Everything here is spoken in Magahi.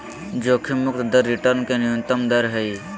जोखिम मुक्त दर रिटर्न के न्यूनतम दर हइ